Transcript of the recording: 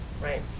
right